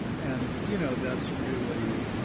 and, you know, that's really